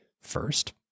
First